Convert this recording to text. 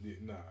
Nah